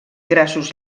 grassos